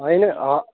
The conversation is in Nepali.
होइन हो